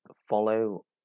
follow